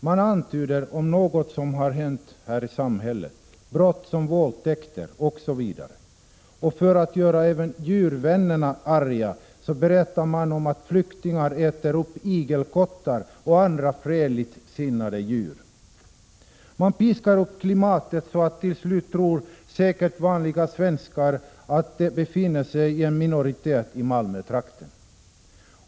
Man gjorde antydningar i fråga om sådant som har hänt i samhället, brott som våldtäkter osv. För att göra även djurvännerna arga berättade man att flyktingar äter upp igelkottar och andra fredligt sinnade djur. Man piskade upp klimatet så att vanliga svenskar till slut säkert trodde att de befinner sig i minoritet i Malmötrakten.